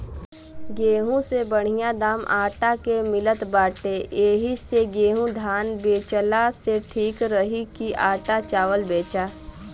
गेंहू से बढ़िया दाम आटा के मिलत बाटे एही से गेंहू धान बेचला से ठीक रही की आटा चावल बेचा